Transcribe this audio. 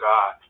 God